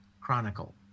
Chronicle